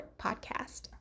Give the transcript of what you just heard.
podcast